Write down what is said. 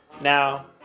Now